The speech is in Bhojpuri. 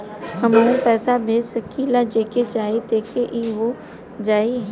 हमहू पैसा भेज सकीला जेके चाही तोके ई हो जाई?